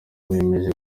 bemeje